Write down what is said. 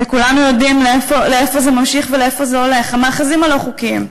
וכולנו יודעים לאין זה ממשיך ולאין זה הולך: המאחזים הלא-חוקיים.